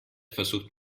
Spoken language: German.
versucht